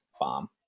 bomb